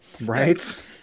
Right